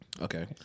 Okay